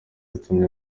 yatumye